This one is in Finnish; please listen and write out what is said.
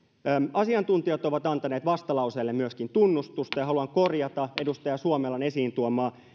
asiantuntijat ovat antaneet vastalauseelle myöskin tunnustusta ja haluan korjata edustaja suomelan esiin tuomaa